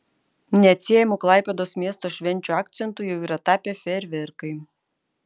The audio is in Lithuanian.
neatsiejamu klaipėdos miesto švenčių akcentu jau yra tapę fejerverkai